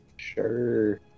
Sure